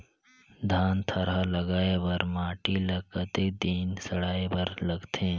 धान थरहा लगाय बर माटी ल कतेक दिन सड़ाय बर लगथे?